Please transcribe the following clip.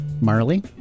Marley